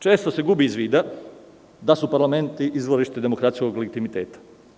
Često se gubi iz vida da su parlamenti izvorište demokratije i legitimiteta.